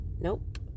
Nope